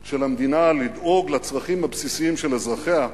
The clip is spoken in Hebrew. של המדינה לדאוג לצרכים הבסיסיים של אזרחיה,